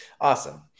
Awesome